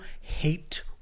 hate